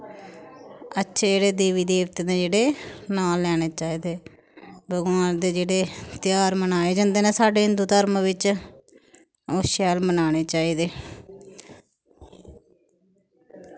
अच्छे जेह्ड़े देवी देवतें दे जेह्ड़े नांऽ लैने चाहिदे भगवान दे जेह्ड़े ध्यार बनाए जंदे न साढ़े हिन्दू धर्म बिच्च ओह् शैल मनाने चाहिदे